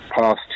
past